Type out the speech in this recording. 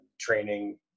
training